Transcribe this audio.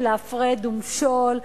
של ההפרד ומשול,